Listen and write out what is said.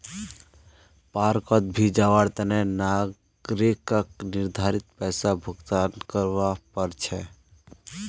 पार्कोंत भी जवार तने नागरिकक निर्धारित पैसा भुक्तान करवा पड़ छे